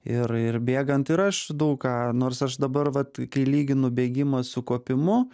ir ir bėgant ir aš daug ką nors aš dabar vat kai lyginu bėgimą su kopimu